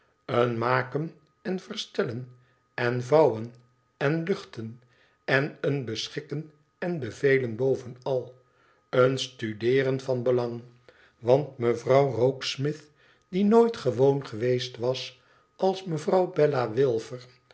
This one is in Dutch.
een maken en verstellen en vouwen en luchten en een beschikken en bevelen bovenal een studeeren van belang want mevrouw rokesmith die nooit gewoon geweest was als mejuffrouw bella wilfer